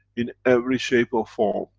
in every shape or form,